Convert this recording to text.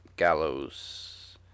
Gallows